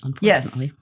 Yes